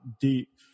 deep